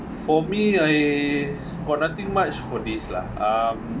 for me I got nothing much for this lah um